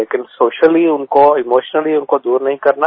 लेकिन सोशली उनको इमोशली उनको दूर नहीं करना